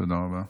תודה רבה.